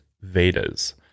vedas